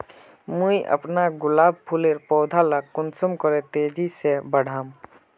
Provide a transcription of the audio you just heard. मुई अपना गुलाब फूलेर पौधा ला कुंसम करे तेजी से बढ़ाम?